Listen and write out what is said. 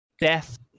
death